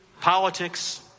politics